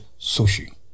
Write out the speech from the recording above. sushi